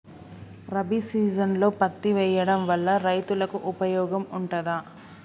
రబీ సీజన్లో పత్తి వేయడం వల్ల రైతులకు ఉపయోగం ఉంటదా?